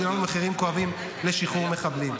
שילמנו מחירים כואבים בשחרור מחבלים.